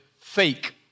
fake